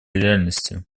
реальностью